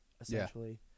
essentially